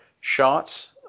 shots